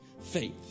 Faith